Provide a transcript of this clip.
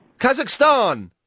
Kazakhstan